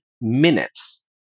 minutes